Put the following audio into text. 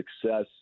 success